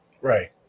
right